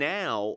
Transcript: now